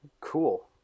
cool